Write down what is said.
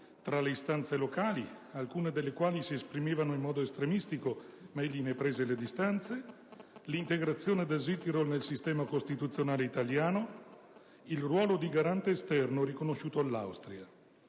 tra le istanze locali (alcune delle quali si esprimevano in modo estremistico, ma egli ne prese le distanze), l'integrazione del Südtirol nel sistema costituzionale italiano, il ruolo di garante esterno riconosciuto all'Austria.